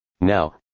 Now